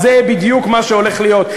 זה בדיוק מה שהולך להיות.